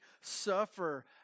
suffer